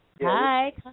Hi